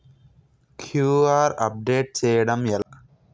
QR update చేయడం ఎలా?